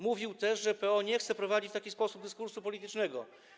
Mówił też, że PO nie chce prowadzić w taki sposób dyskursu politycznego.